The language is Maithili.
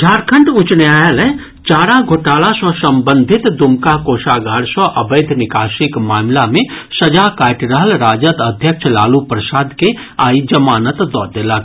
झारखंड उच्च न्यायालय चारा घोटाला सँ संबंधित दुमका कोषागार सँ अवैध निकासीक मामिला मे सजा काटि रहल राजद अध्यक्ष लालू प्रसाद के आइ जमानत दऽ देलक